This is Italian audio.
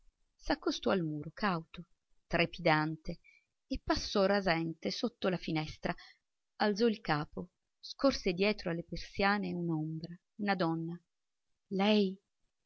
ancora s'accostò al muro cauto trepidante e passò rasente sotto la finestra alzò il capo scorse dietro alle persiane un'ombra una donna lei